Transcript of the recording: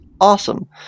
awesome